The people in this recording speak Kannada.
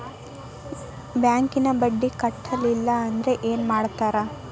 ಬ್ಯಾಂಕಿನ ಬಡ್ಡಿ ಕಟ್ಟಲಿಲ್ಲ ಅಂದ್ರೆ ಏನ್ ಮಾಡ್ತಾರ?